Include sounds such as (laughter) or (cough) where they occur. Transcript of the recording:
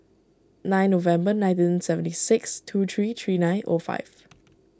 nine November nineteen sevent six two three three nine O five (noise)